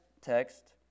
text